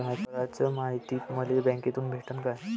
कराच मायती मले बँकेतून भेटन का?